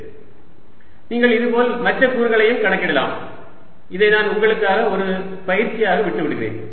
Az நீங்கள் இதேபோல் மற்ற கூறுகளையும் கணக்கிடலாம் இதை நான் உங்களுக்கான ஒரு பயிற்சியாக விட்டுவிடுகிறேன்